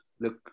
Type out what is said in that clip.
look